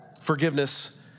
Forgiveness